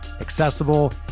accessible